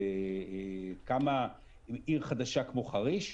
קמה עיר חדשה כמו חריש.